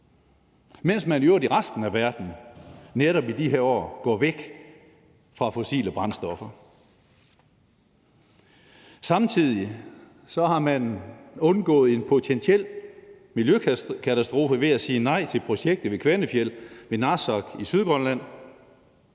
mens man i øvrigt i resten af verden netop i de her år går væk fra fossile brændstoffer. Samtidig har man undgået en potentiel miljøkatastrofe ved at sige nej til projektet i Kvanefjeld ved Narsaq i Sydgrønland,